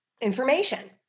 information